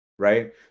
Right